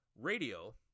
Radio